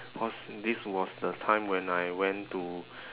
cause this was the time when I went to